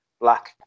black